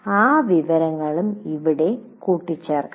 ആ വിവരങ്ങളും ഇവിടെ കൂട്ടിച്ചേർക്കണം